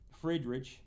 Friedrich